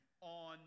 on